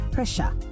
Pressure